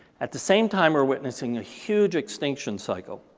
at the same time we're witnessing a huge extinction cycle.